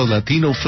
Latino